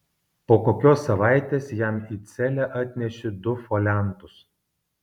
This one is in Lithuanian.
po kokios savaitės jam į celę atnešė du foliantus